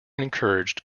encouraged